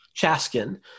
Chaskin